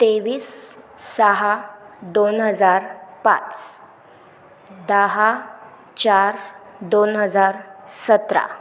तेवीस सहा दोन हजार पाच दहा चार दोन हजार सतरा